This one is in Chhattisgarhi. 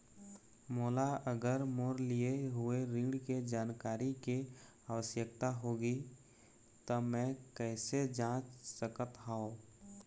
मोला अगर मोर लिए हुए ऋण के जानकारी के आवश्यकता होगी त मैं कैसे जांच सकत हव?